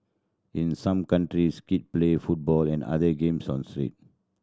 in some countries kid play football and other games on the streets